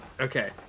Okay